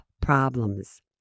problems